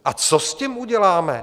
A co s tím uděláme?